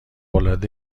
العاده